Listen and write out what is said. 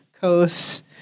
coast